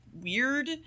weird